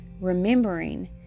remembering